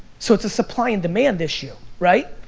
so it's a supply and demand issue, right.